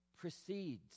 precedes